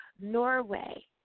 Norway